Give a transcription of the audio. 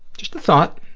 just a thought.